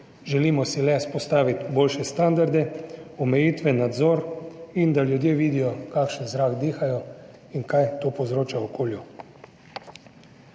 Želimo si le vzpostaviti boljše standarde, omejitve, nadzor in da ljudje vidijo, kakšen zrak dihajo in kaj to povzroča okolju.